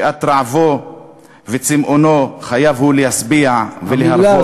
שאת רעבו וצימאונו חייב הוא להשביע ולהרוות.